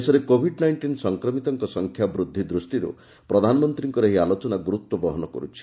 ଦେଶରେ covid nineteen ସଂକ୍ରମିତଙ୍କ ସଂଖ୍ୟା ବୃଦ୍ଧି ଦୃଷ୍ଟିରୁ ପ୍ରଧାନମନ୍ତ୍ରୀଙ୍କର ଏହି ଆଲୋଚନା ଗୁରୁତ୍ୱ ବହନ କରୁଛି